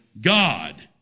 God